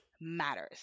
matters